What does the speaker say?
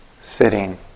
sitting